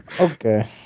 Okay